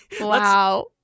Wow